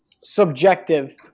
subjective